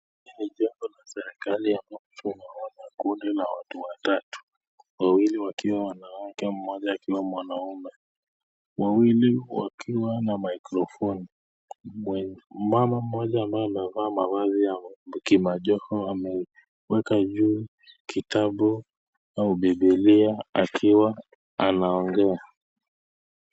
Hili ni jengo la serikali ya mamfumoi, tunaona kundi la watu watatu, wawili wakiwa wanawake, mmoja akiwa mwanaume. Wawili wakiwa na maikrofoni. Mwenye, mama mmoja ambaye amevaa mavazi ya kimajoho ameweka juu kitabu au Biblia akiwa anaongea.